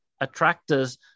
attractors